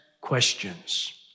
questions